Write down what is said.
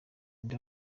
nde